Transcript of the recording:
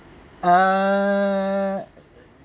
err